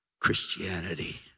Christianity